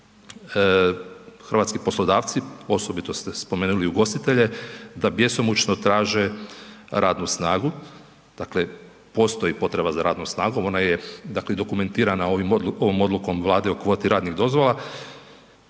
hrvatski poslodavci, osobito ste spomenuli ugostitelje, da bjesomučno traže radnu snagu, dakle postoji potreba za radnom snagom ona je dakle dokumentirana ovom odlukom Vlade o kvoti radnih dozvola.